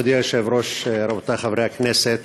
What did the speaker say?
מכובדי היושב-ראש, רבותי חברי הכנסת,